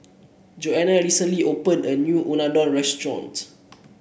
Jonna recently opened a new Unadon Restaurant